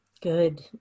Good